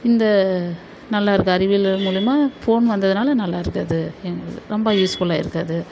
இந்த நல்லாயிருக்கு அறிவியல் மூலியமாக ஃபோன் வந்ததினால நல்லாயிருக்கு அது எங்களுக்கு ரொம்ப யூஸ்ஃபுல்லாக இருக்கு அது